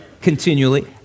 continually